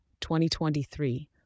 2023